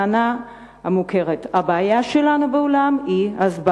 עשרות שנים עולה באיזשהו שלב הטענה המוכרת: הבעיה שלנו בעולם היא הסברה,